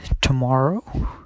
tomorrow